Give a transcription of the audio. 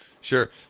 Sure